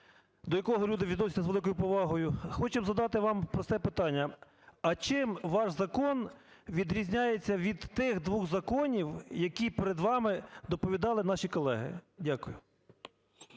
до якого люди відносяться з великою повагою. Хочемо задати вам просте питання: а чим ваш закон відрізняється від тих двох законів, які перед вами доповідали наші колеги? Дякую.